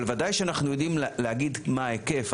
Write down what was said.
אבל ודאי שאנחנו יודעים להגיד מה ההיקף,